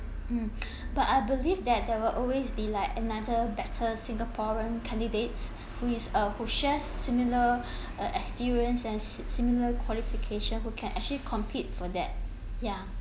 mm but I believe that there will always be like ananother better singaporean candidate who is a who shares similar uh experience and si~ similar qualification who can actually compete for that ya